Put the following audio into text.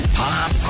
pop